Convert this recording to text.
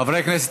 חברי הכנסת,